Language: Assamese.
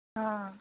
অঁ